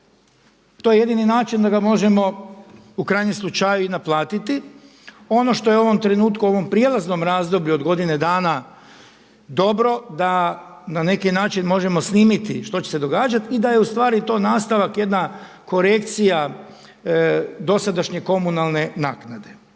To je jedini način da ga možemo u krajnjem slučaju i naplatiti. Ono što je u ovom trenutku u ovom prijelaznom razdoblju od godine dana dobro da na neki način možemo snimiti što će se događati i da je ustvari to nastavak, jedna korekcija dosadašnje komunalne naknade.